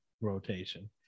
rotation